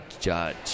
judge